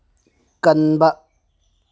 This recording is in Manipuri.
ꯀꯟꯕ